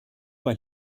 weil